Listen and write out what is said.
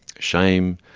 shame,